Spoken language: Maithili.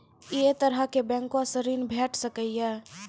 ऐ तरहक बैंकोसऽ ॠण भेट सकै ये?